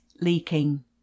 leaking